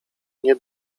nie